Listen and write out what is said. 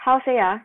how say ah